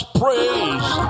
praise